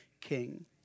king